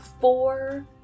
four